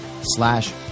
slash